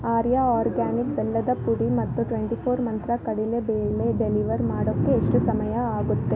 ಆರ್ಯ organic ಬೆಲ್ಲದ ಪುಡಿ ಮತ್ತು ಟ್ವೆಂಟಿ ಫೋರ್ ಮಂತ್ರ ಕಡಲೆ ಬೇಳೆ ಡೆಲಿವರ್ ಮಾಡೋಕ್ಕೆ ಎಷ್ಟು ಸಮಯ ಆಗುತ್ತೆ